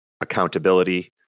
accountability